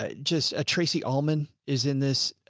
ah just, ah, tracy almond is in this, ah,